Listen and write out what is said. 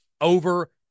over